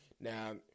Now